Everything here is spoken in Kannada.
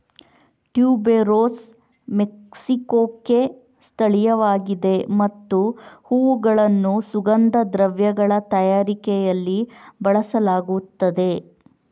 ಟ್ಯೂಬೆರೋಸ್ ಮೆಕ್ಸಿಕೊಕ್ಕೆ ಸ್ಥಳೀಯವಾಗಿದೆ ಮತ್ತು ಹೂವುಗಳನ್ನು ಸುಗಂಧ ದ್ರವ್ಯಗಳ ತಯಾರಿಕೆಯಲ್ಲಿ ಬಳಸಲಾಗುತ್ತದೆ